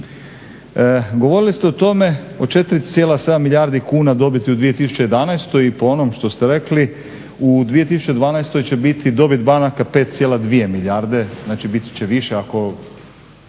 Govorili ste o tome, o 4,7 milijardi kuna dobiti u 2011. i po onom što ste rekli u 2012. će biti dobit banaka 5,2 milijarde, znači biti će više ako